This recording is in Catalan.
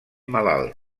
malalt